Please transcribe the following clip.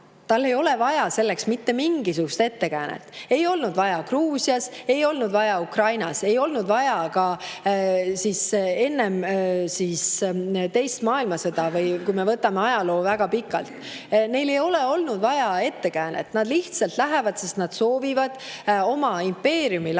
tal ei ole vaja selleks mitte mingisugust ettekäänet. Ei olnud vaja Gruusias, ei olnud vaja Ukrainas, ei olnud vaja enne teist maailmasõda. Kui me võtame ajaloo väga pikalt, neil ei ole olnud vaja ettekäänet, nad lihtsalt lähevad, sest nad soovivad oma impeeriumi laiendada.